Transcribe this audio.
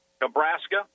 Nebraska